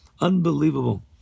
Unbelievable